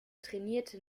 trainierte